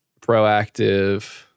proactive